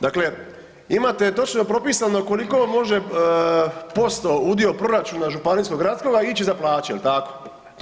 Dakle, imate točno propisano koliko može posto, udio proračuna županijskoga, gradskoga ići za plaće, je li tako?